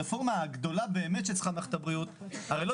הרפורמה הגדולה באמת שצריכה מערכת הבריאות הרי לא